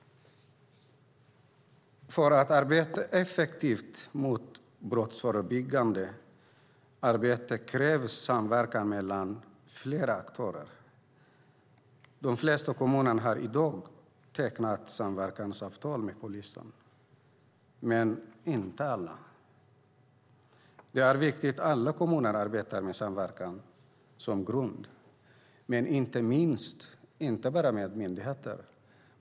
För att arbeta effektivt med brottsförebyggande arbete krävs samverkan mellan flera aktörer. De flesta kommuner har i dag tecknat samverkansavtal med polisen, men inte alla. Det är viktigt att alla kommuner arbetar med samverkan som grund, men inte bara med myndigheter.